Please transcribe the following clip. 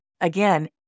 Again